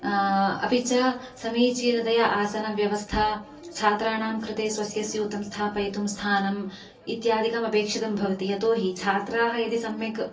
अपि च समीचीनतया आसनव्यवस्था छात्राणां कृते स्वस्य स्यूतं स्थापयितुं स्थानम् इत्यादिकम् अपेक्षितं भवति यतो हि छात्राः यदि सम्यक्